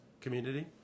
community